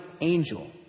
angel